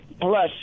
plus